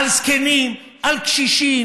לא צעקת, ישבת בשקט.